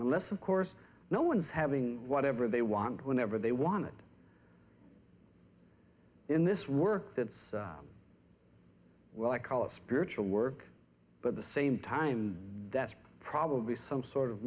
unless of course no one's having whatever they want whenever they want it in this work that's what i call a spiritual work but the same time that's probably some sort of